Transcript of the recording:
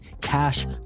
cash